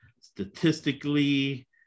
statistically